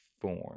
form